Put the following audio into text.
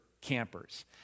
campers